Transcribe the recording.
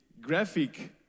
graphic